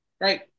Right